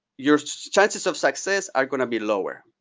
your chances of success are going to be lower,